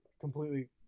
completely